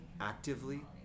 actively